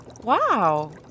Wow